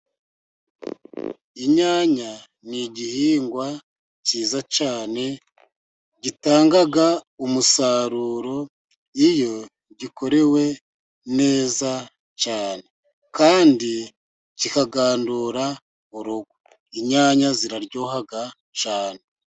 Inyanya ni igihingwa cyiza cyane gitanga umusaruro iyo gikorewe neza cyane, kandi kikagandura urugo inyanya ziraryoha cyane.